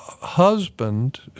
husband